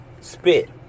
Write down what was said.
spit